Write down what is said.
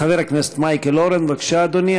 חבר הכנסת מייקל אורן, בבקשה, אדוני.